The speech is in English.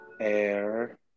air